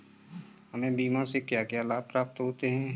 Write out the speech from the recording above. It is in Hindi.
हमें बीमा से क्या क्या लाभ प्राप्त होते हैं?